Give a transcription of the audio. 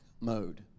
mode